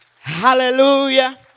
Hallelujah